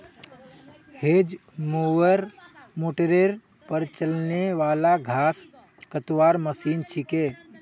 hedge mower मोटरेर पर चलने वाला घास कतवार मशीन छिके